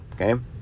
okay